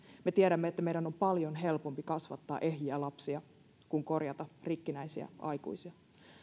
me tiedämme että meidän on paljon helpompi kasvattaa ehjiä lapsia kuin korjata rikkinäisiä aikuisia